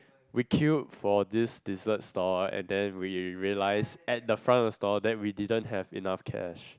we queue for this dessert store and then we realise at the front of store that we didn't have enough cash